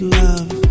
love